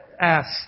ask